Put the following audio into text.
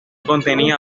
contenía